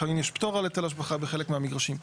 לפעמים יש פטור על היטל השבחה בחלק מהמגרשים.